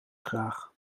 graag